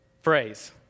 phrase